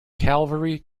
calvary